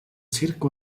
circ